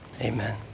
Amen